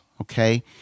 okay